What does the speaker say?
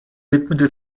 widmete